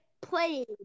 played